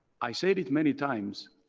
i say it it many times,